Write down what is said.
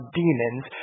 demons